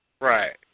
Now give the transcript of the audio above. Right